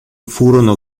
furono